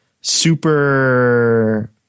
super